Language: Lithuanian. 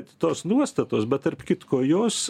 tos nuostatos bet tarp kitko jos